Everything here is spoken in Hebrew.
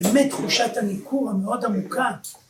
‫באמת תחושת הניקום המאוד עמוקת.